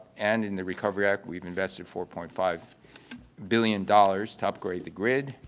and in the recovery act, we've invested four point five billion dollars to upgrade the grid.